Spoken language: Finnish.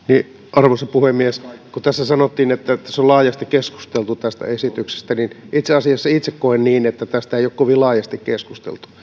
puhemies kun sanottiin että tässä on laajasti keskusteltu tästä esityksestä niin itse asiassa itse koen niin että tästä ei ole kovin laajasti keskusteltu